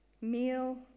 meal